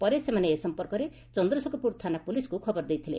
ପରେ ସେମାନେ ଏ ସଂପର୍କରେ ଚନ୍ଦ୍ରଶେଖରପୁର ଥାନା ପୁଲିସ୍କୁ ଖବର ଦେଇଥିଲେ